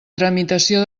tramitació